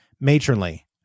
Matronly